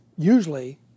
Usually